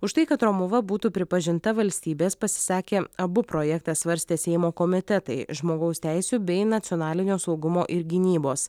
už tai kad romuva būtų pripažinta valstybės pasisakė abu projektą svarstę seimo komitetai žmogaus teisių bei nacionalinio saugumo ir gynybos